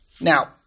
Now